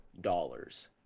dollars